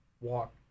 walk